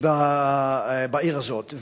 בעיר הזאת.